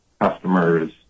customers